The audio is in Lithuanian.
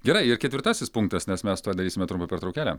gerai ir ketvirtasis punktas nes mes tuoj darysime trumpą pertraukėlę